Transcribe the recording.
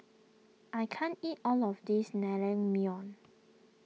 I can't eat all of this Naengmyeon